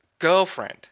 Girlfriend